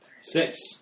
six